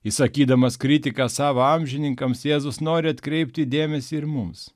išsakydamas kritiką savo amžininkams jėzus nori atkreipti dėmesį ir mums